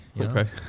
Okay